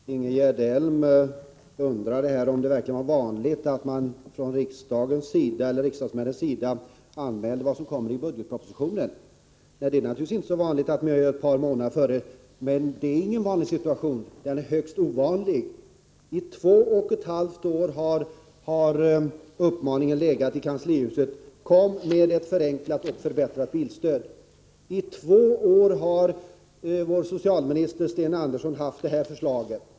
Herr talman! Ingegerd Elm undrade om det var vanligt att riksdagsmän ett par månader i förväg anmälde budgetpropositionens innehåll. Nej, det är naturligtvis inte så vanligt att göra det. Men nu är det inte fråga om en vanlig utan om en högst ovanlig situation. I två och ett halvt år har det i kanslihuset legat en uppmaning: Kom med ett förslag till förenklat och förbättrat bilstöd! I två år har vår socialminister Sten Andersson haft detta förslag.